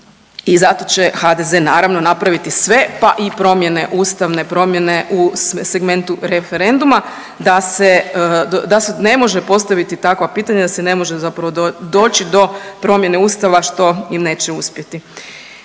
i zato će HDZ naravno napraviti sve, pa i promjene, ustavne promjene u segmentu referenduma da se, da se ne može postaviti takva pitanja, da se ne može zapravo doći do promjene ustava, što im neće uspjeti.